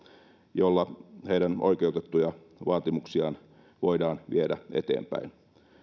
jolla heidän oikeutettuja vaatimuksiaan voidaan viedä eteenpäin